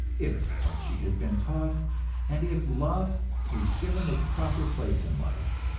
if once she has been taught and if love is given its proper place in life,